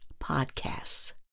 podcasts